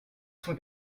cent